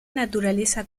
naturaleza